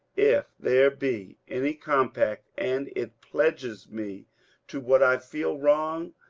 if there be any compact, and it pledges me to what i feel wrong,